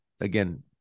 again